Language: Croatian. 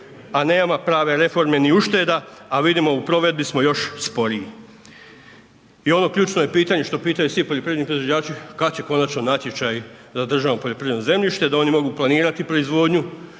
a nema prave reforme ni ušteda, a vidimo u provedbi smo još sporiji. I ono ključno je pitanje što pitaju svi poljoprivredni proizvođači kad će konačno natječaj za državno poljoprivredno zemljište da oni mogu planirati proizvodnju,